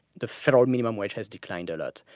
the federal minimum wage has declined a lot.